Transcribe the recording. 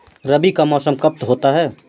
रबी का मौसम कब होता हैं?